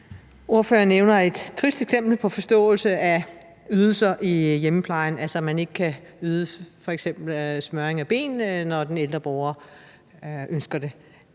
Ordføreren nævner et trist eksempel på forståelsen af ydelser i hjemmeplejen, altså at man f.eks. ikke kan yde smøring af benene, når den ældre borger ønsker det.